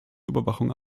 überwachung